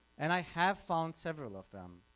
and i have found several of them